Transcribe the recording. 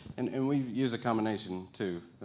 and and we use a combination too.